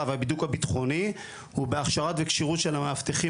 והבידוק הביטחוני ובהכשרה ובכשירות של המאבטחים